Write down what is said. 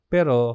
Pero